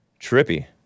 Trippy